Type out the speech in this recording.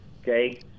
okay